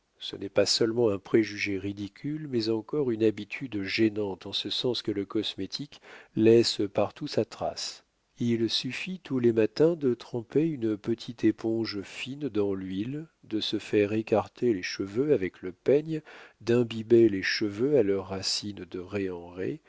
ce n'est pas seulement un préjugé ridicule mais encore une habitude gênante en ce sens que le cosmétique laisse partout sa trace il suffit tous les matins de tremper une petite éponge fine dans l'huile de se faire écarter les cheveux avec le peigne d'imbiber les cheveux à leur racine de